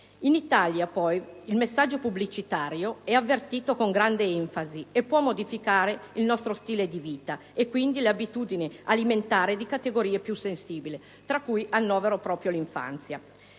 In Italia, poi, il messaggio pubblicitario è avvertito con grande enfasi e può modificare il nostro stile di vita e, quindi, incidere sulle abitudini alimentari delle categorie più sensibili, tra cui annovero proprio quella